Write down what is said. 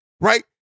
right